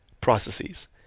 processes